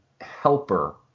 helper